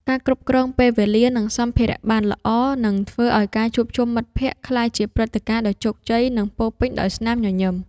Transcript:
ការគ្រប់គ្រងពេលវេលា និងសម្ភារៈបានល្អ នឹងធ្វើឱ្យការជួបជុំមិត្តភក្តិក្លាយជាព្រឹត្តិការណ៍ដ៏ជោគជ័យ និងពោរពេញដោយស្នាមញញឹម។